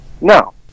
Now